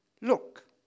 Look